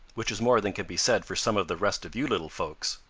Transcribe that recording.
which is more than can be said for some of the rest of you little folks.